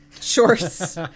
Shorts